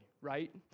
right